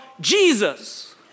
Jesus